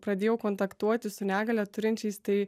pradėjau kontaktuoti su negalią turinčiais tai